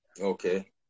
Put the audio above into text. Okay